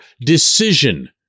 decision